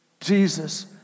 Jesus